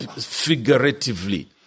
figuratively